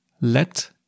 Let